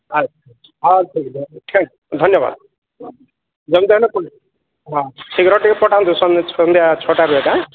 ଆଚ୍ଛା ହଁ ଠିକ୍ ଅଛି ଧନ୍ୟବାଦ ଯେମିତି ହେଲେ ପଠ ହଁ ଶୀଘ୍ର ଟିକିଏ ପଠାନ୍ତୁ ସନ୍ଧ୍ୟା ଛଅଟା ବେଳଟା ହେଁ